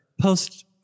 post